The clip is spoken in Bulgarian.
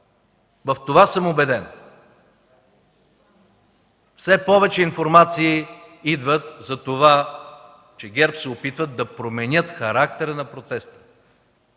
В това съм убеден. Все повече информации идват за това, че ГЕРБ се опитват да променят характера на протестите,